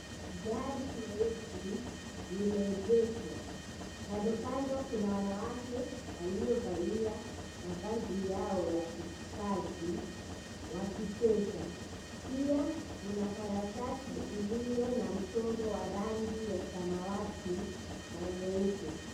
Gari leusi limeegeshwa kando kando kuna wanawake waliovalia mavazi yao za kikazi wakicheza. Pia kuna karatasi iliyo na mchoro wa rangi ya samawati na nyeupe.